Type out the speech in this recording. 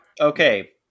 Okay